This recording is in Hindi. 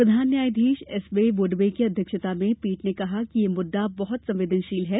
प्रधान न्यायाधीश एस ए बोवडे की अध्यक्षता में पीठ ने कहा कि यह मुद्दा बहुत संवेदनशील है